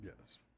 Yes